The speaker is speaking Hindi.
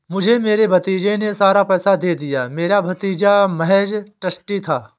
मुझे मेरे भतीजे ने सारा पैसा दे दिया, मेरा भतीजा महज़ ट्रस्टी था